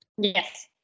Yes